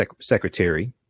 secretary